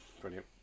Brilliant